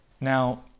Now